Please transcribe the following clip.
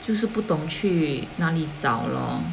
就是不懂去哪里找咯